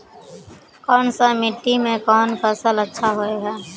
कोन सा मिट्टी में कोन फसल अच्छा होय है?